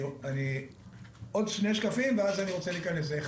עוד שני שקפים ואכנס לזה.